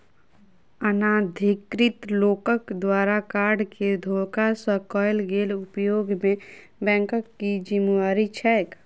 अनाधिकृत लोकक द्वारा कार्ड केँ धोखा सँ कैल गेल उपयोग मे बैंकक की जिम्मेवारी छैक?